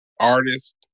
artist